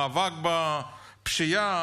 המאבק בפשיעה,